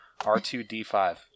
R2D5